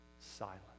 silent